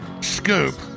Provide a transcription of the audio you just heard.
scoop